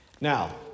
Now